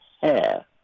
hair